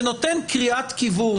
שנותן קריאת כיוון,